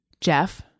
jeff